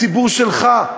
הציבור שלך,